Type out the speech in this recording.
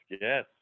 Yes